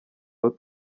aho